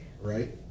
right